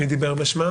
מי דיבר בשם?